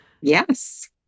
Yes